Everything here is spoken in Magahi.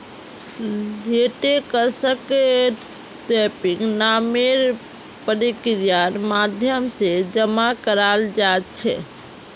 लेटेक्सक टैपिंग नामेर प्रक्रियार माध्यम से जमा कराल जा छे